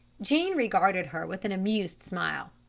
jean regarded her with an amused smile.